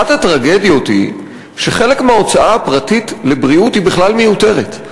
אחת הטרגדיות היא שחלק מההוצאה הפרטית על בריאות היא בכלל מיותרת.